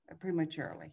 prematurely